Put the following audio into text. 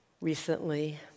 recently